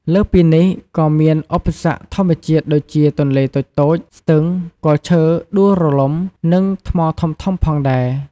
លើសពីនេះក៏មានឧបសគ្គធម្មជាតិដូចជាទន្លេតូចៗ ស្ទឹង គល់ឈើដួលរលំ និងថ្មធំៗផងដែរ។